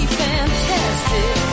fantastic